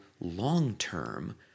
long-term